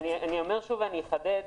אני אומר שוב ואני אחדד,